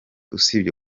usibye